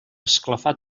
esclafar